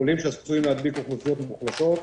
חולים שעשויים להדביק אוכלוסיות מוחלשות,